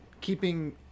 keeping